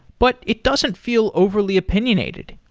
but it doesn't feel overly opinionated.